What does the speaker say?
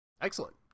Excellent